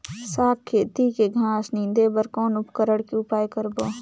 साग खेती के घास निंदे बर कौन उपकरण के उपयोग करबो?